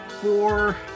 four